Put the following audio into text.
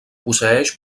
posseeix